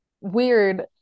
weird